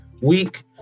week